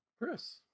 Chris